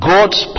God's